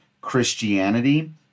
Christianity